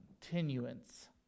continuance